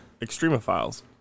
Extremophiles